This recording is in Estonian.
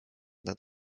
nad